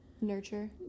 nurture